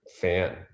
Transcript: fan